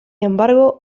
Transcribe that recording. embargo